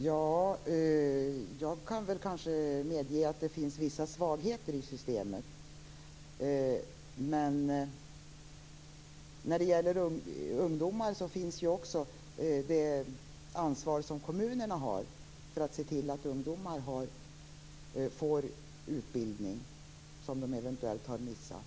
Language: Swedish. Fru talman! Jag kan medge att det finns vissa svagheter i systemet. När det gäller ungdomar finns ju också det ansvar som kommunerna har för att se till att de får utbildning som de eventuellt har missat.